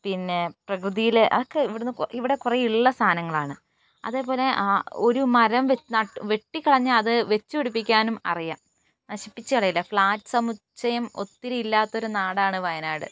പിന്നെ പ്രകൃതിയിലെ അതൊക്കെ ഇവിടെ നിന്ന് ഇവിടെ കുറേ ഉള്ള സാധനങ്ങളാണ് അതേപോലെ ഒരു മരം നട്ടു വെട്ടിക്കളഞ്ഞാൽ അതു വെച്ചുപിടിപ്പിക്കാനും അറിയാം നശിപ്പിച്ചു കളയില്ല ഫ്ലാറ്റ് സമുച്ചയം ഒത്തിരി ഇല്ലാത്തൊരു നാടാണ് വയനാട്